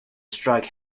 strike